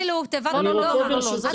כאילו תיבת פנדורה -- אני רוצה ברשותכם -- את